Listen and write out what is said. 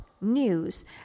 news